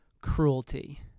cruelty